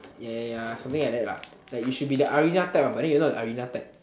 ya ya ya something like that lah like you should be the arena type but then you're not the arena type